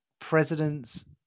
presidents